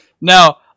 now